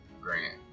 Grant